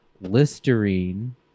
Listerine